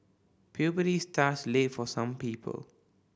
puberty starts late for some people